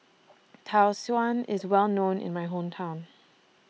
Tau Suan IS Well known in My Hometown